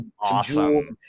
awesome